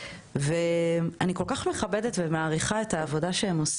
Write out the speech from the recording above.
ואני כל כך מכבדת ומעריכה את העשייה שלהם.